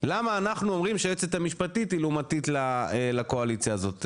למה אנחנו אומרים היועצת המשפטית היא לעומתית לקואליציה הזאת.